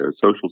social